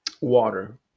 water